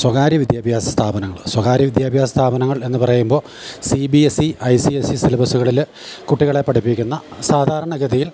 സ്വകാര്യ വിദ്യാഭ്യാസ സ്ഥാപനങ്ങൾ സ്വകാര്യ വിദ്യാഭ്യാസ സ്ഥാപനങ്ങൾ എന്ന് പറയുമ്പോൾ C B S E I C S E സിലബസ്സുകളിൽ കുട്ടികളെ പഠിപ്പിക്കുന്ന സാധാരണ ഗതിയിൽ